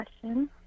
question